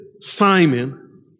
Simon